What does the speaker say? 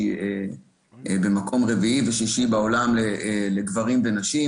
שהיא במקום רביעי ושישי בעולם לגברים ונשים,